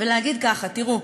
ולהגיד ככה: תראו,